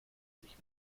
sich